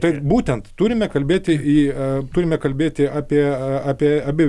taip būtent turime kalbėti į ee turime kalbėti apie apie abi